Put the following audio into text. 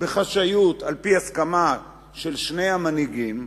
בחשאיות על-פי הסכמה של שני המנהיגים,